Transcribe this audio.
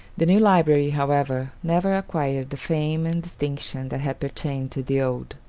the new library, however, never acquired the fame and distinction that had pertained to the old.